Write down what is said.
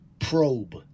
probe